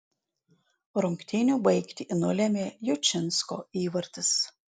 rungtynių baigtį nulėmė jučinsko įvartis